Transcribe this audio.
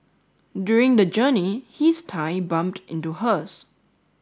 during the journey his thigh bumped into hers